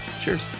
Cheers